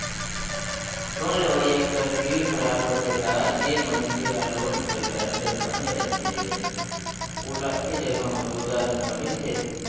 loan लेवइया कर CIBIL खराब होथे ता जेन मइनसे हर लोन कर गारंटर बने रहथे ओला ए जगहा में जोरदार झटका मिलथे